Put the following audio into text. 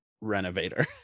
renovator